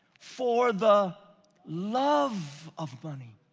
for the love of money.